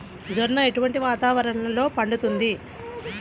జొన్న ఎటువంటి వాతావరణంలో పండుతుంది?